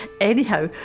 Anyhow